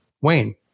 Wayne